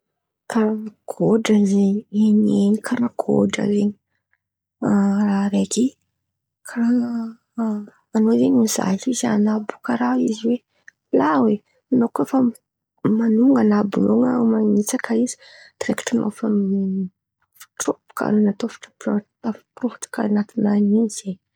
Kà gôdra zen̈y, henihen̈y karàha gôdra zen̈y, raha raiky karàha an̈ao zen̈y mizaha izy an̈abo karàha izy oe la oe, an̈ao kô fa man̈onga an̈abony eo na manitsaka izy direkity an̈ao efa tafitrobaka tafitro- tafi- tafipo- tafitsirôpaka an̈aty nany in̈y zay.